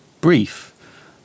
brief